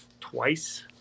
twice